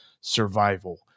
survival